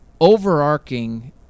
overarching